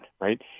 right